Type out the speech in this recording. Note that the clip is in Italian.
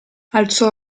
alzò